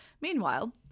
Meanwhile